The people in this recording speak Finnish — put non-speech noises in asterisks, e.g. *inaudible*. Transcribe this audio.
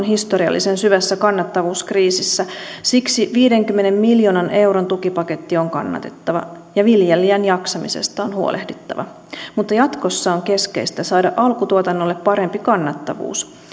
*unintelligible* historiallisen syvässä kannattavuuskriisissä siksi viidenkymmenen miljoonan euron tukipaketti on kannatettava ja viljelijän jaksamisesta on huolehdittava mutta jatkossa on keskeistä saada alkutuotannolle parempi kannattavuus